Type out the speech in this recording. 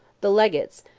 the legates,